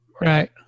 Right